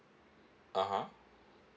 (uh huh)